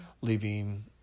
leaving